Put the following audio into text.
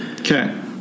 Okay